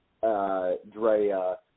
Drea